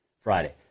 Friday